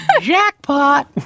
jackpot